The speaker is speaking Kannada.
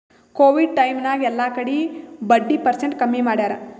ಕೋವಿಡ್ ಟೈಮ್ ನಾಗ್ ಎಲ್ಲಾ ಕಡಿ ಬಡ್ಡಿ ಪರ್ಸೆಂಟ್ ಕಮ್ಮಿ ಮಾಡ್ಯಾರ್